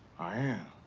i am.